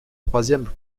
troisième